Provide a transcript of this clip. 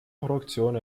produktion